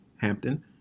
Hampton